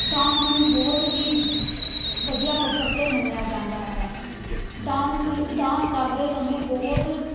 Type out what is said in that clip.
dance ਨੂੰ ਬਹੁਤ ਹੀ ਵਧੀਆ ਪੱਧਰ 'ਤੇ ਮੰਨਿਆ ਜਾਂਦਾ ਹੈ ਡਾਂਸ ਡਾਂਸ ਕਰਦੇ ਸਮੇਂ ਬਹੁਤ